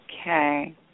Okay